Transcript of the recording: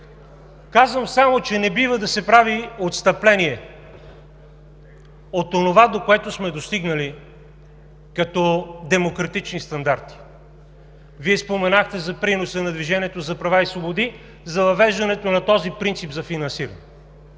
Казвам само, че не бива да се прави отстъпление от онова, до което сме достигнали като демократични стандарти. Вие споменахте за приноса на „Движението на права и свободи“ за въвеждането на този принцип за финансиране.